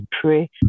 pray